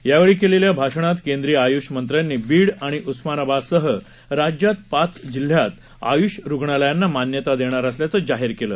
यावेळी केलेल्या भाषणात केंद्रीय आयूष मंत्र्यांनी बीड आणि उस्मानबादसह राज्यात पाच जिल्ह्यात आयुष रुणालयांना मान्यता देणार असल्याचं जाहीर केलं